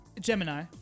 Gemini